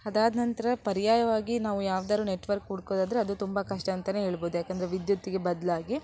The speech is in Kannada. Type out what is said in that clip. ಅದಾದನಂತ್ರ ಪರ್ಯಾಯವಾಗಿ ನಾವು ಯಾವುದಾದ್ರೂ ನೆಟ್ವರ್ಕ್ ಹುಡ್ಕೋದಾದ್ರೆ ಅದು ತುಂಬ ಕಷ್ಟ ಅಂತಲೇ ಹೇಳ್ಬಹುದು ಯಾಕೆಂದ್ರೆ ವಿದ್ಯುತ್ತಿಗೆ ಬದಲಾಗಿ